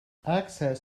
access